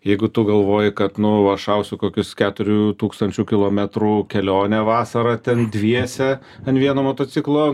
jeigu tu galvoji kad nu va šausiu kokius keturių tūkstančių kilometrų kelionę vasarą ten dviese ant vieno motociklo